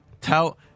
Tell